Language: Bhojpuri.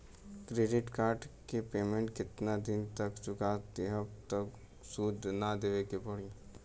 क्रेडिट कार्ड के पेमेंट केतना दिन तक चुका देहम त सूद ना देवे के पड़ी?